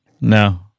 No